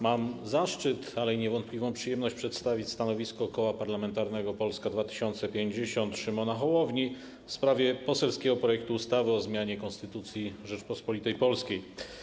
Mam zaszczyt, ale i niewątpliwą przyjemność przedstawić stanowisko Koła Parlamentarnego Polska 2050 Szymona Hołowni w sprawie poselskiego projektu ustawy o zmianie Konstytucji Rzeczypospolitej Polskiej.